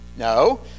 No